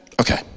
Okay